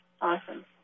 Awesome